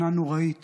שנה נוראית